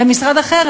ומשרד אחר,